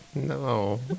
No